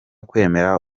kwemera